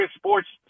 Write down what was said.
sports